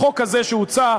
החוק הזה שהוצע,